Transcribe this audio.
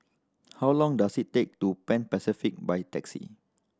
how long does it take to Pan Pacific by taxi